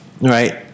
right